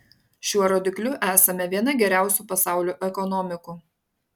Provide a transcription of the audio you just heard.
šiuo rodikliu esame viena geriausių pasaulio ekonomikų